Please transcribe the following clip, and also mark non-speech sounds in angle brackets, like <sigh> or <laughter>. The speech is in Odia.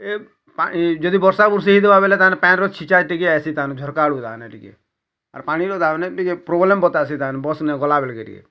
ଏ ପାଇଁ ଯଦି ବର୍ଷା ବୁର୍ଷି ହେଇଥିବ ବୋଲେ ତା ମାନେ ପାନ୍ର ଛିଟା ଟିକେ ଆସେ ତା ମାନେ ଝରାକା ଆଡ଼ୁ ଆନେ ଟିକେ <unintelligible> ପାଣିର ତା ମାନେ ଟିକେ ପ୍ରୋବ୍ଲେମ୍ ବତାଷୀ ତାମାନେ ବସ୍ ନେ ଗଲା ବେଲ୍କେ ଟିକେ